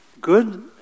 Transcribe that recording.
Good